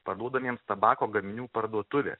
parduodamiems tabako gaminių parduotuvės